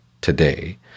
today